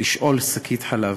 שקית חלב,